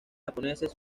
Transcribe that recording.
japoneses